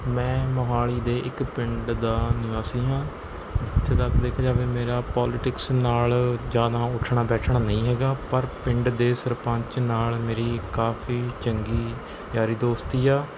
ਮੈਂ ਮੋਹਾਲੀ ਦੇ ਇੱਕ ਪਿੰਡ ਦਾ ਨਿਵਾਸੀ ਹਾਂ ਜਿੱਥੇ ਤੱਕ ਦੇਖਿਆ ਜਾਵੇ ਮੇਰਾ ਪੋਲੀਟਿਕਸ ਨਾਲ਼ ਜ਼ਿਆਦਾ ਉੱਠਣਾ ਬੈਠਣਾ ਨਹੀਂ ਹੈਗਾ ਪਰ ਪਿੰਡ ਦੇ ਸਰਪੰਚ ਨਾਲ਼ ਮੇਰੀ ਕਾਫੀ ਚੰਗੀ ਯਾਰੀ ਦੋਸਤੀ ਆ